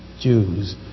Jews